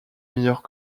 meilleurs